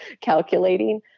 calculating